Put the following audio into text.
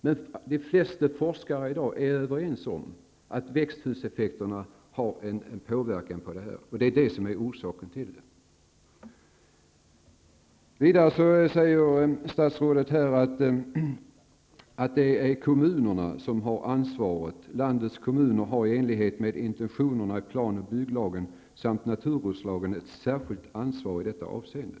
Men de flesta forskare är i dag överens om att växthuseffekten har en påverkan på detta. Vidare säger statsrådet: ''Landets kommuner har i enlighet med intentionerna i plan och bygglagen samt naturresurslagen ett särskilt ansvar i detta avseende.''